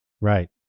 Right